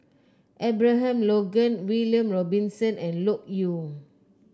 Abraham Logan William Robinson and Loke Yew